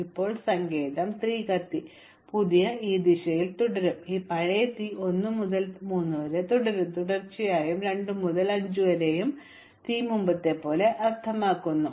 ഇപ്പോൾ സങ്കേതം 3 കത്തി പുതിയ തീ ഈ ദിശയിൽ തുടരും ഈ പഴയ തീ 1 മുതൽ 3 വരെ തുടർച്ചയായി തുടരും തീർച്ചയായും 2 മുതൽ 5 വരെ തീ മുമ്പത്തെപ്പോലെ അർത്ഥമാക്കുന്നു